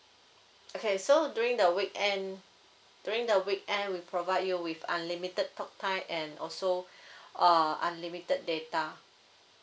okay so during the weekend during the weekend we provide you with unlimited talk time and also uh unlimited data